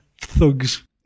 thugs